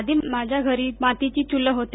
आधी माझ्या घरी मातीची चूल होती